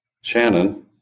Shannon